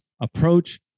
approach